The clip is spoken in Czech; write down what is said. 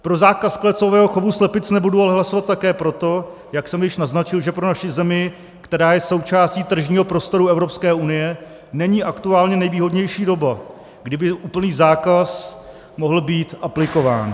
Pro zákaz klecového chovu slepic nebudu ale hlasovat také proto, jak jsem již naznačil, že pro naši zemi, která je součástí tržního prostoru Evropské unie, není aktuálně nejvýhodnější doba, kdy by úplný zákaz mohl být aplikován.